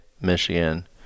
Michigan